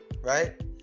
Right